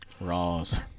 Raws